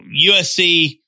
USC